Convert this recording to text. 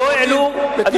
ב-1979, ב-1980, ב-1990.